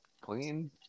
clean